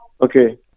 okay